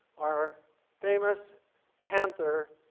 our famous panther,